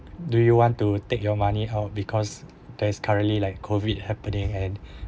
do you want to take your money out because there is currently like COVID happening and